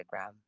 Instagram